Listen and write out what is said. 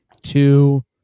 two